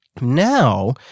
Now